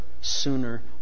sooner